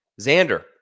Xander